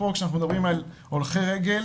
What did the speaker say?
וכשאנחנו מדברים על הולכי רגל,